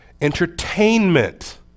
entertainment